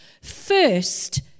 first